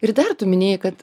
ir dar tu minėjai kad